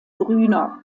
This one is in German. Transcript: grüner